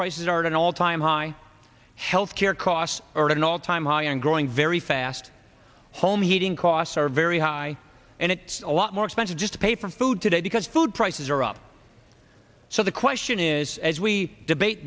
prices are at an all time high health care costs are at an all time high and growing very fast home heating costs are very high and it's a lot more expensive just paper food today because food prices are up so the question is as we debate